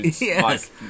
Yes